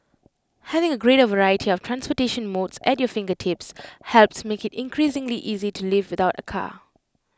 having A greater variety of transportation modes at your fingertips helps make IT increasingly easy to live without A car